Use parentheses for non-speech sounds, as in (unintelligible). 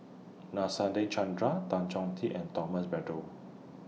(unintelligible) Chandra Tan Chong Tee and Thomas Braddell